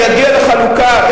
אני אגיע לחלוקה.